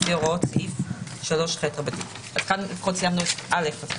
לפי הוראות סעיף 3ח. לפחות סיימנו את (א).